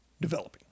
developing